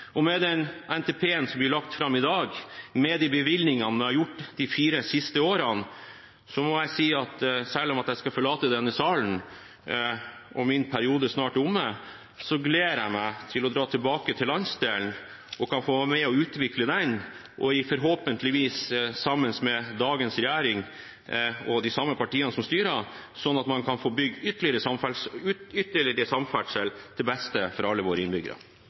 infrastruktur. Med den NTP-en som blir lagt fram i dag, og med de bevilgningene vi har gjort de siste fire årene, må jeg si at selv om jeg skal forlate denne salen og min periode snart er omme, gleder jeg meg til å dra tilbake til landsdelen og være med på å utvikle den. Det blir forhåpentligvis sammen med dagens regjering og de samme partiene som styrer, slik at man kan få bygd ytterligere samferdsel, til beste for alle våre innbyggere.